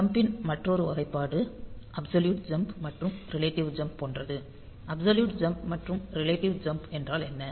ஜம்பின் மற்றொரு வகைப்பாடு absolute jump மற்றும் ரிலேட்டிவ் ஜம்ப் போன்றது அப்சொலியூட் ஜம்ப் மற்றும் ரிலேட்டிவ் ஜம்ப் என்றால் என்ன